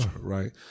right